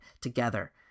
together